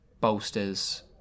bolsters